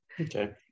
okay